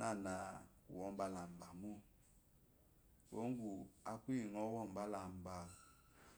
nana wo bula abalmo kuwogu akuyi ngo wo bala mba.